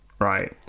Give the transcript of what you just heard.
Right